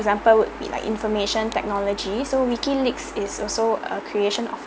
example would be like information technology so wikileaks is also a creation of